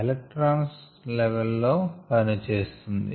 electron level లో పని చేస్తోంది